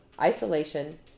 isolation